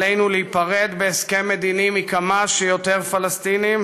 עלינו להיפרד בהסכם מדיני מכמה שיותר פלסטינים